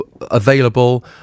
available